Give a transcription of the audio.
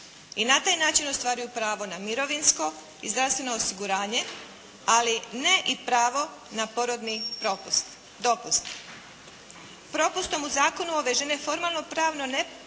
i na taj način ostvaruju pravo na mirovinsko i zdravstveno osiguranje. Ali ne i pravo na porodni dopust. Propustom u zakonu ove žene formalno-pravno ne